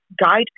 guide